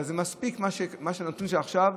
אבל מספיק הנתון של עכשיו,